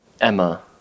Emma